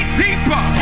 deeper